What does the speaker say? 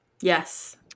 Yes